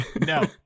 No